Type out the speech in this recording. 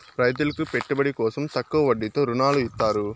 రైతులకు పెట్టుబడి కోసం తక్కువ వడ్డీతో ఋణాలు ఇత్తారు